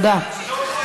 טוב שיש אופוזיציה.